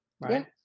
right